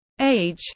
Age